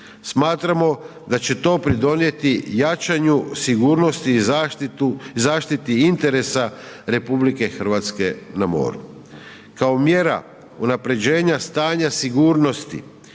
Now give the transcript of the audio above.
Smatramo da će to pridonijeti jačanju sigurnosti i zaštiti interesa RH na moru. Kao mjera unapređenja stanja sigurnosti